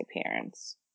appearance